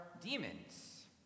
demons